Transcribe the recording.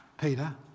Peter